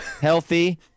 healthy